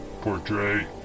Portray